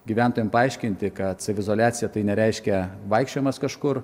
gyventojam paaiškinti kad saviizoliacija tai nereiškia vaikščiojimas kažkur